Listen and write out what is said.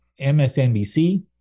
MSNBC